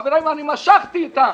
חברים, משכתי את החוק,